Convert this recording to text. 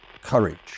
courage